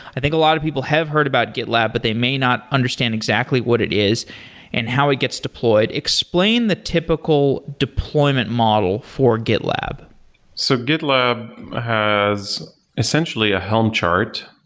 i think a lot of people have heard about gitlab, but they may not understand exactly what it is and how it gets deployed. explain the typical deployment model for gitlab so gitlab has essentially a helm chart.